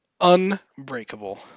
Unbreakable